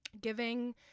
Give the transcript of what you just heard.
giving